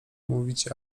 mówić